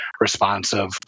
responsive